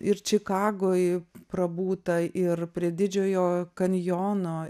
ir čikagoj prabūta ir prie didžiojo kanjono